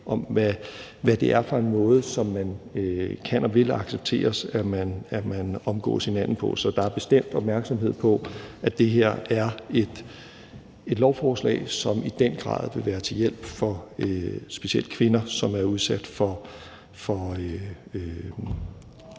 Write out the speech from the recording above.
om, hvad det er for en måde, som man kan og vil acceptere at omgås hinanden på. Så der er bestemt opmærksomhed på, at det her er et lovforslag, som i den grad vil være til hjælp for specielt kvinder, som er udsat for